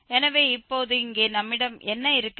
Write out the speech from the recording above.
எனவே இப்போது இங்கே நம்மிடம் என்ன இருக்கிறது